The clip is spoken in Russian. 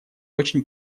очень